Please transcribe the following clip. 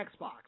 Xbox